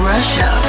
Russia